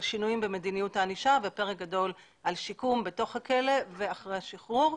שינויים במדיניות הענישה ופרק גדול על שיקום בתוך הכלא ואחרי השחרור.